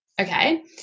Okay